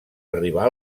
arribar